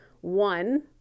One